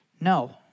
No